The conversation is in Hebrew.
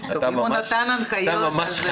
אנחנו נעבור להקראה.